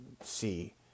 see